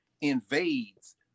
invades